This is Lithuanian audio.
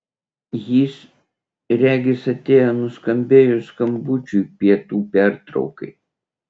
jis regis atėjo nuskambėjus skambučiui pietų pertraukai